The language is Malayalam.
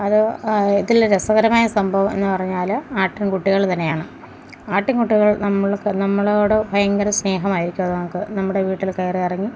അത് ഇതിൽ രസകരമായ സംഭവം എന്ന് പറഞ്ഞാൽ ആട്ടിൻ കുട്ടികൾ തന്നെയാണ് ആട്ടിൻ കുട്ടികൾ നമ്മൾക് നമ്മളോട് ഭയങ്കര സ്നേഹമായിരിക്കും അത് നമുക്ക് നമ്മുടെ വീട്ടിൽ കയറിയിറങ്ങി